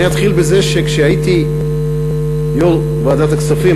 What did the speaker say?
אתחיל בזה שכשהייתי יושב-ראש ועדת הכספים,